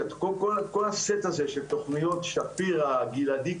כל הסט הזה של תכניות שפירא-גלעדי-קמ"ע,